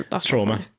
trauma